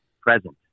present